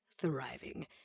thriving